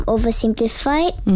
Oversimplified